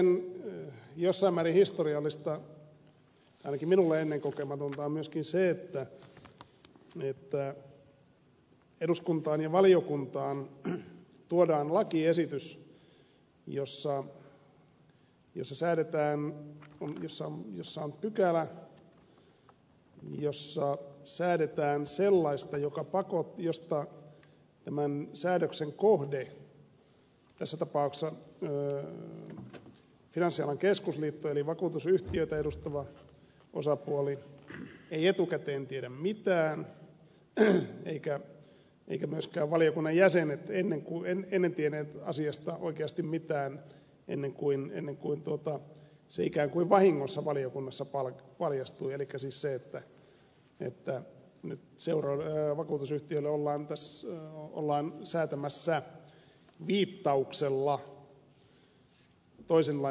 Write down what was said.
jossain määrin historiallista ainakin minulle ennen kokematonta on myöskin se että eduskuntaan ja valiokuntaan tuodaan lakiesitys jossa on pykälä jossa säädetään sellaista josta tämän säädöksen kohde tässä tapauksessa finanssialan keskusliitto eli vakuutusyhtiöitä edustava osapuoli ei etukäteen tiedä mitään eivätkä myöskään valiokunnan jäsenet tienneet asiasta oikeasti mitään ennen kuin se ikään kuin vahingossa valiokunnassa paljastui elikkä siis se että nyt vakuutusyhtiöille ollaan säätämässä viittauksella toisen lain pykäliin vakuuttamisvelvollisuus